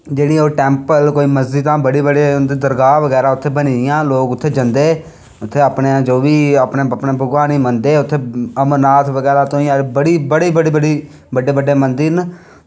ते कोई टैम्पल बड़ी बड़ी मस्जिदां उत्थें दरगाह बगैरा बनी दियां ते लोग उत्थें जंदे ते अपने जो बी उत्थें भगवान गी मनदे ते अमरनाथ बगैरा तुआहीं बड़ी बड़ी बड्डे बड्डे मंदर न